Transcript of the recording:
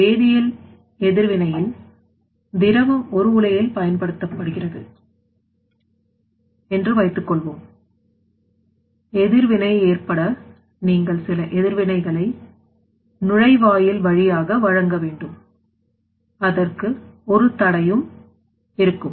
ஒரு வேதியல் எதிர்வினையில் திரவம் ஒரு உலையில் பயன்படுத்தப்படுகிறது என்று வைத்துக் கொள்வோம் எதிர்வினை ஏற்பட நீங்கள் சில எதிர்வினைகளை நுழைவாயில் வழியாக வழங்க வேண்டும் அதற்கு ஒரு கடையும் இருக்கும்